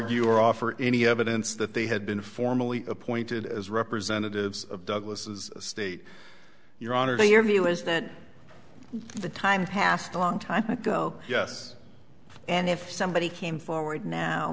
argue or offer any evidence that they had been formally appointed as representatives of douglas's state your honor your view is that the time passed a long time ago yes and if somebody came forward now